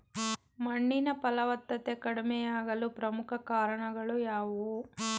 ಮಣ್ಣಿನ ಫಲವತ್ತತೆ ಕಡಿಮೆಯಾಗಲು ಪ್ರಮುಖ ಕಾರಣಗಳು ಯಾವುವು?